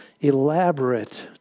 elaborate